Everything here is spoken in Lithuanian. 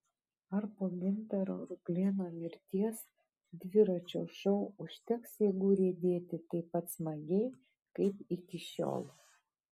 ar po gintaro ruplėno mirties dviračio šou užteks jėgų riedėti taip pat smagiai kaip iki šiol